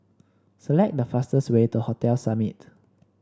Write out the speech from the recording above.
select the fastest way to Hotel Summit